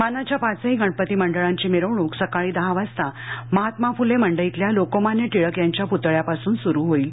मानाच्या पाचही गणपती मंडळांची मिरवणूक सकाळी दहा वाजता महात्मा फुले मंडईतल्या लोकमान्य टिळक यांच्या प्तळ्यापासून सुरू होईल